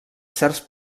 certs